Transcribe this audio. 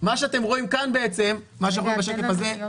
שאתם רואים בשקף הזה,